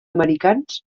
americans